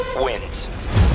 wins